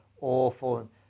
awful